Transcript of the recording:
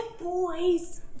boys